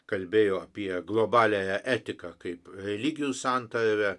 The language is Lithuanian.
kalbėjo apie globaliąją etiką kaip religijų santarvę